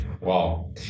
Wow